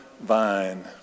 vine